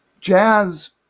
jazz